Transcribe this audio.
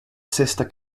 sister